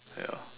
ya